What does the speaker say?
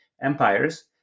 Empires